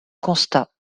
constat